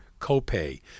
copay